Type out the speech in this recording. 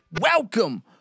Welcome